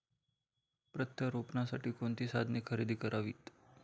प्रत्यारोपणासाठी कोणती साधने खरेदी करावीत?